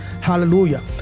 Hallelujah